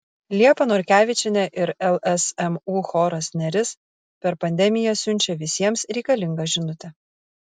liepa norkevičienė ir lsmu choras neris per pandemiją siunčia visiems reikalingą žinutę